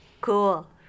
cool